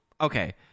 Okay